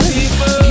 People